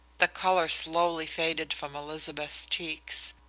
the colour slowly faded from elizabeth's cheeks.